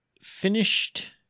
finished